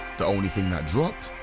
the only thing that dropped.